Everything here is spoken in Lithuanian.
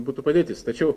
būtų padėtis tačiau